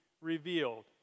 revealed